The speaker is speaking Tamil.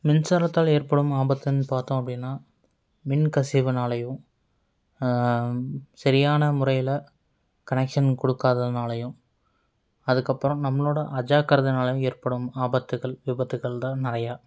மின்சாரத்தால் ஏற்படும் ஆபத்துன்னு பார்த்தோம் அப்படினா மின் கசிவுனாலயும் சரியான முறையில் கன்னெக்ஷன் கொடுக்காததுனாலயும் அதுக்கப்புறோம் நம்மளோட அஜாக்கிரதயினாலயும் ஏற்படும் ஆபத்துகள் விபத்துகள் தான் நிறையா